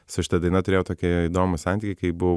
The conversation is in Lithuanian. su šita daina turėjau tokį įdomų santykį kai buvau